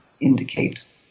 indicate